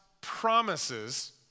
promises